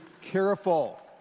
careful